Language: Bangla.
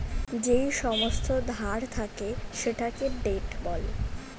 যেই সমস্ত ধার থাকে সেটাকে ডেট বলে